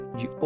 de